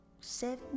seven